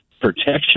protection